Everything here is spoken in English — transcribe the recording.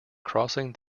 crossing